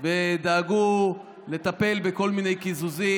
ודאגו לטפל בכל מיני קיזוזים.